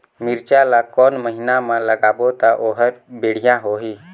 मिरचा ला कोन महीना मा लगाबो ता ओहार बेडिया होही?